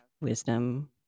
wisdom